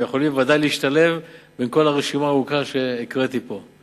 הם יכולים ודאי להשתלב בכל הרשימה הארוכה שהקראתי פה.